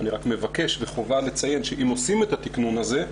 אני רק מבקש וחובה לציין שאם עושים את התיקנון הזה,